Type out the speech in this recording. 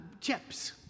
chips